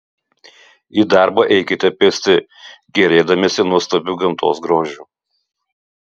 į darbą eikite pėsti gėrėdamiesi nuostabiu gamtos grožiu